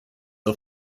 auf